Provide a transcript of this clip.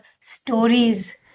stories